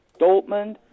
Dortmund